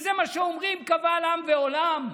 וזה מה שאומרים קבל עם ועולם,